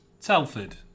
Telford